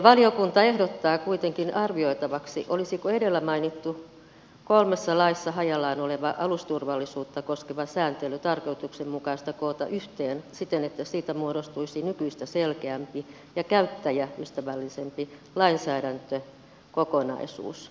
valiokunta ehdottaa kuitenkin arvioitavaksi olisiko edellä mainittu kolmessa laissa hajallaan oleva alusturvallisuutta koskeva sääntely tarkoituksenmukaista koota yhteen siten että siitä muodostuisi nykyistä selkeämpi ja käyttäjäystävällisempi lainsäädäntökokonaisuus